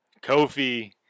Kofi